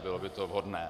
Bylo by to vhodné.